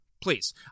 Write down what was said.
please